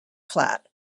flat